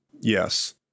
Yes